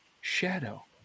Shadow